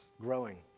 growing